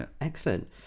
excellent